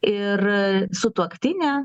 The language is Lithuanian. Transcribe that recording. ir sutuoktinė